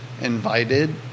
invited